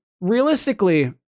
realistically